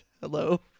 Hello